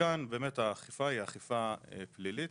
כאן האכיפה היא אכיפה פלילית.